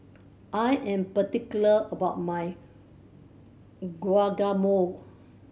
I am particular about my Guacamole